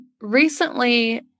recently